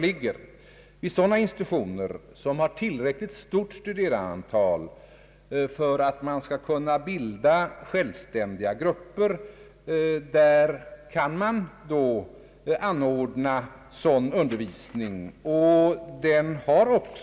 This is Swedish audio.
Vid sådana institutioner som har tillräckligt stort studerandeantal för att kunna bilda självständiga grupper kan dylik undervisning anordnas.